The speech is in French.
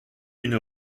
une